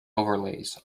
overlays